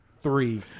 three